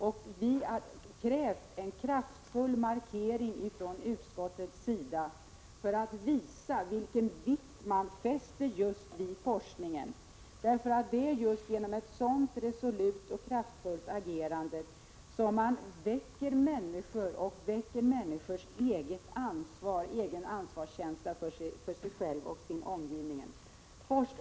Vi har därför krävt att utskottet kraftfullt markerar den vikt man fäster just vid forskningen. Det är nämligen bara genom ett resolut och kraftfullt agerande som man kan väcka människors ansvarskänsla för sig själva och sin omgivning.